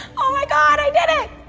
oh my god, i did it!